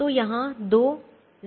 तो यहां दो 0 हैं